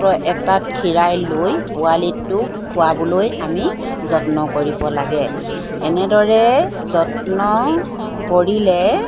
এটাত খীৰাই লৈ পোৱালিটোক খোৱাবলৈ আমি যত্ন কৰিব লাগে এনেদৰে যত্ন কৰিলে